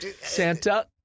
Santa